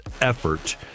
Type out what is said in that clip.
effort